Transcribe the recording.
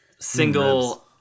single